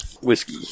Whiskey